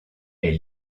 est